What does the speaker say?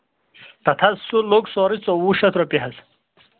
تَتھ حظ سُہ لوٚگ سورُے ژوٚوُہ شَتھ رۄپیہِ حظ